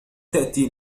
تأتي